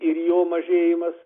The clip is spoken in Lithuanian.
ir jo mažėjimas